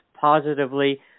positively